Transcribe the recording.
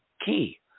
key